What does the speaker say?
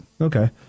Okay